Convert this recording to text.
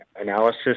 analysis